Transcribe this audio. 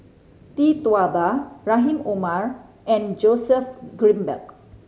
Tee Tua Ba Rahim Omar and Joseph Grimberg